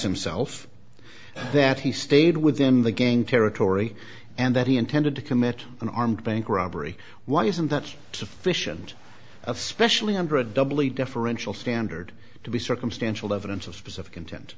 himself that he stayed within the gang territory and that he intended to commit an armed bank robbery why isn't that sufficient especially under a doubly differential standard to be circumstantial evidence of specific intent